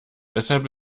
weshalb